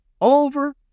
over